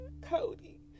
Cody